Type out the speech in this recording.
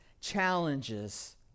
challenges